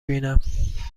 بینم